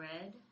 Red